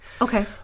Okay